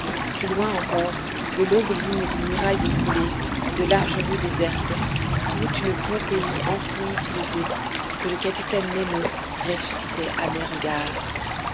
plus loin encore de longues lignes de murailles écroulées de larges rues désertes toute une pompéi enfouie sous les eaux que le capitaine nemo ressuscitait à mes regards